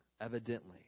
evidently